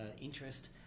interest